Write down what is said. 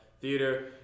Theater